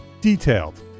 Detailed